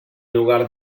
lugar